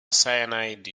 cyanide